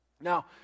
Now